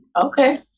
Okay